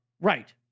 Right